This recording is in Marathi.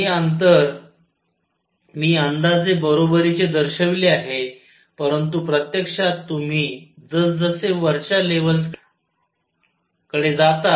हे अंतर मी अंदाजे बरोबरीचे दर्शविले आहे परंतु प्रत्यक्षात तुम्ही जस जसे वरच्या लेव्हल्स कडे जाता ते लहान होत जाते